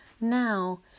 now